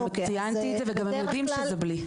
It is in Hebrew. גם ציינתי את זה ויודעים שזה בלי.